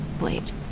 wait